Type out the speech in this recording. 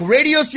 Radio